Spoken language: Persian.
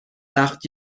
وقت